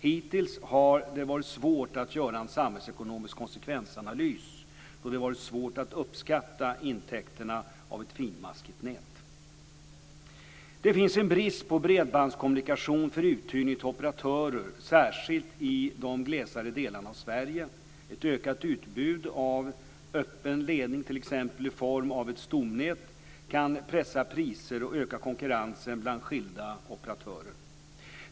Hittills har det varit svårt att göra en samhällsekonomisk konsekvensanalys, då det varit svårt att uppskatta intäkterna av ett finmaskigt nät. Det finns en brist på bredbandskommunikation för uthyrning till operatörer, särskilt i de glesare delarna av Sverige. Ett ökat utbud av öppen ledning, t.ex. i form av ett stomnät, kan pressa priser och öka konkurrensen bland skilda operatörer.